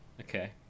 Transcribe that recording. Okay